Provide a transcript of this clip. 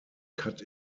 cut